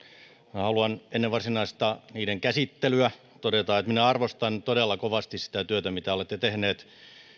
haluan ennen varsinaista niiden käsittelyä todeta että minä arvostan todella kovasti sitä työtä mitä olette tehneet nämä